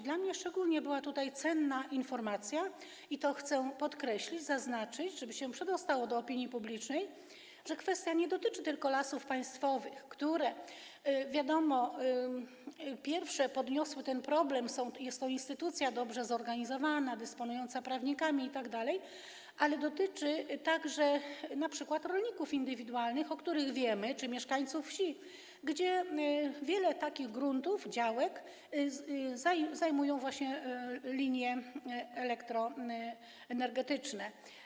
Dla mnie szczególnie cenna była tutaj informacja, i to chcę podkreślić, zaznaczyć, żeby się przedostało do opinii publicznej, że kwestia nie dotyczy tylko Lasów Państwowych, które, wiadomo, pierwsze podniosły ten problem - jest to instytucja dobrze zorganizowana, dysponująca prawnikami itd. - ale dotyczy także np. rolników indywidualnych, o których wiemy, czy mieszkańców wsi, gdzie wiele takich gruntów, działek zajmują właśnie linie elektroenergetyczne.